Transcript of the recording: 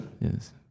yes